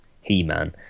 He-Man